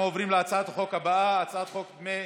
אנחנו עוברים להצעת החוק הבאה, הצעת חוק דמי